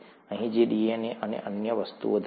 અહીં જે ડીએનએ અને અન્ય વસ્તુઓ ધરાવે છે